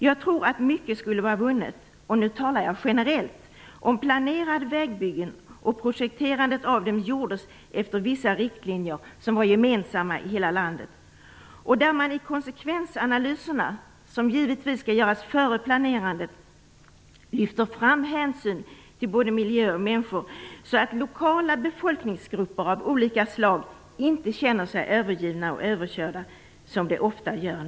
Jag tror att mycket skulle vara vunnet - och nu talar jag generellt - om planerade vägbyggen och projekterandet av dem gjordes efter vissa riktlinjer som var gemensamma i hela landet, och i konsekvensanalyserna, som givetvis skall göras före planerandet, skall man lyfta fram hänsyn till både miljö och människor, så att lokala befolkningsgrupper av olika slag inte känner sig övergivna och överkörda, som de nu ofta gör.